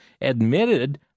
admitted